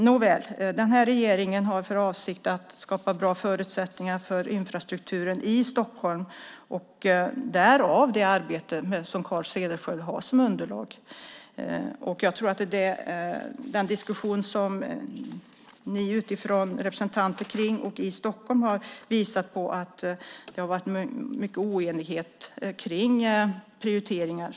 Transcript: Nåväl, den här regeringen har för avsikt att skapa bra förutsättningar för infrastrukturen i Stockholm, därav det arbete som Carl Cederschiöld har som underlag. Ni har utifrån representanter runt och i Stockholm visat på att det har varit mycket oenighet om prioriteringar.